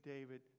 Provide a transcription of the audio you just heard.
David